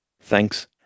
Thanks